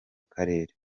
karere